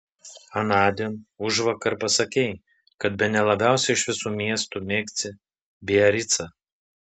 anądien užvakar pasakei kad bene labiausiai iš visų miestų mėgsti biaricą